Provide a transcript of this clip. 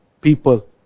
people